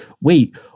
wait